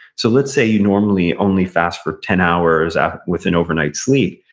so let's say you normally only fast for ten hours ah with an overnight sleep,